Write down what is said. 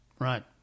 Right